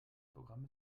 programm